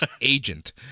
agent